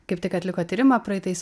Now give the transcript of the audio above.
kaip tik atliko tyrimą praeitais